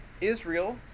Israel